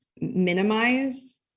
minimize